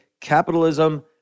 capitalism